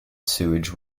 sewage